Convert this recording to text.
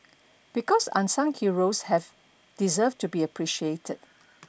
because unsung heroes have deserve to be appreciated